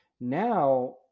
now